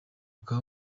aka